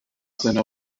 seiner